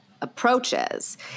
approaches